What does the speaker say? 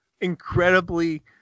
incredibly